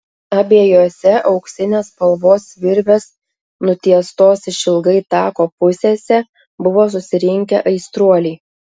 abiejose auksinės spalvos virvės nutiestos išilgai tako pusėse buvo susirinkę aistruoliai